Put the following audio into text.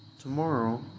tomorrow